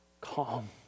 calm